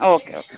okay okay